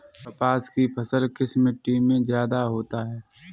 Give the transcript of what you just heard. कपास की फसल किस मिट्टी में ज्यादा होता है?